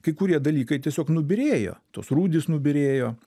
kai kurie dalykai tiesiog nubyrėjo tos rūdys nubyrėjo